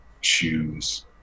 choose